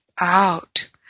out